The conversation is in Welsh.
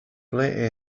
ble